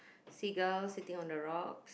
seagull sitting on the rock